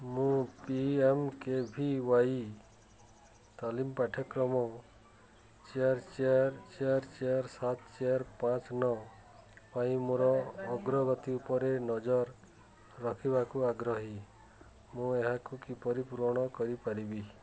ମୁଁ P M K V Y ତାଲିମ ପାଠ୍ୟକ୍ରମ ଚାରି ଚାରି ଚାରି ଚାରି ସାତ ଚାରି ପାଞ୍ଚ ନଅ ପାଇଁ ମୋର ଅଗ୍ରଗତି ଉପରେ ନଜର ରଖିବାକୁ ଆଗ୍ରହୀ ମୁଁ ଏହାକୁ କିପରି ପୂରଣ କରିପାରିବି